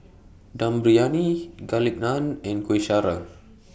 Dum Briyani Garlic Naan and Kueh Syara